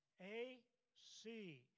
A-C